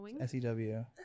S-E-W